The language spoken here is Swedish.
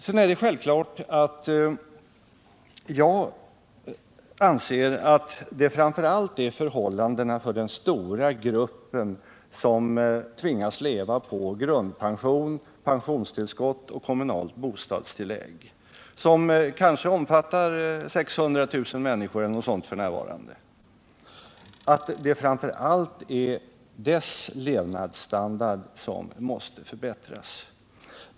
Sedan är det självklart att jag anser aut det framför allt är förhållandena för och standarden hos den stora gruppen, som tvingas leva på grundpension, pensionstillskott och kommunalt bostadstillägg och som kanske omfattar ungefär 600 000 människor f. n., som måste förbättras.